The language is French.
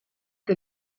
que